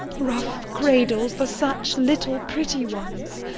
rough cradle for such little pretty ones!